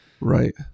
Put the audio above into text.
Right